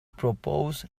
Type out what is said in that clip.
propose